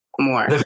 more